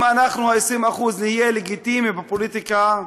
אם אנחנו, ה-20%, נהיה לגיטימיים בפוליטיקה,